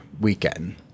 weekend